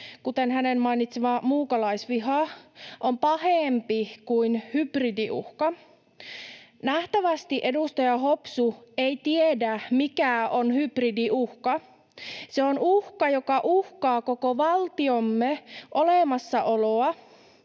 kuten hänen mainitsemansa muukalaisviha, on pahempi kuin hybridiuhka. Nähtävästi edustaja Hopsu ei tiedä, mikä on hybridiuhka. Se on uhka, joka uhkaa koko valtiomme olemassaoloa,